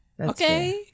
Okay